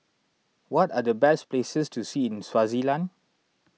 what are the best places to see in Swaziland